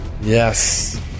Yes